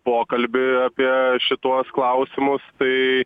pokalbį apie šituos klausimus tai